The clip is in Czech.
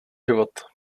život